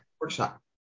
workshop